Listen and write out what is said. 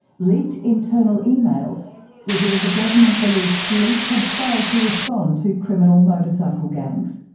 leaked internal emails revealed the government believed police had failed to respond to criminal motor cycle gangs.